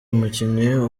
umukinnyi